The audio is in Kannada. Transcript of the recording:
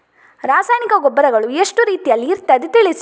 ರಾಸಾಯನಿಕ ಗೊಬ್ಬರಗಳು ಎಷ್ಟು ರೀತಿಯಲ್ಲಿ ಇರ್ತದೆ ತಿಳಿಸಿ?